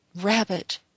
rabbit